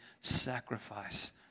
sacrifice